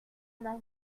mari